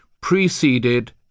preceded